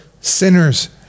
sinners